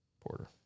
Porter